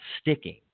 sticking